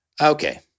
Okay